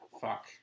Fuck